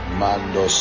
mando